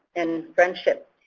and friendship.